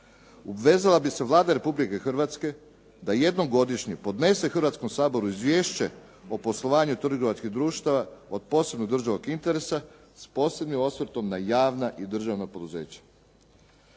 obvezala bi se Vlada Republike Hrvatske da jednom godišnje podnese Hrvatskom saboru izvješće o poslovanju trgovačkih društava od posebnog državnog interesa s posebnim osvrtom na javna i državna poduzeća.